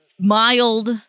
mild